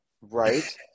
Right